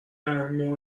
تحریم